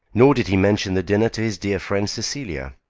nor did he mention the dinner to his dear friend cecilia.